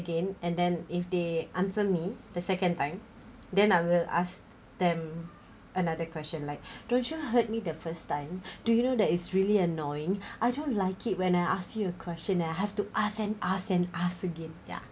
again and then if they answer me the second time then I will ask them another question like don't you hurt me the first time do you know that it's really annoying I don't like it when I ask you a question and I have to ask and ask and ask again ya